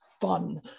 fun